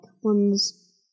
ones